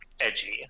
edgy